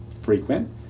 frequent